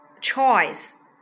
choice